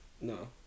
no